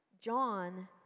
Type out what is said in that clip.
John